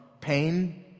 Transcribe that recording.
pain